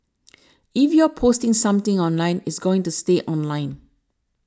if you're posting something online it's going to stay online